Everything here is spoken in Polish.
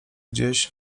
gdzieś